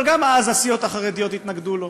אבל גם אז הסיעות החרדיות התנגדו לו.